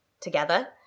together